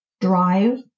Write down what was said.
drive